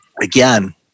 again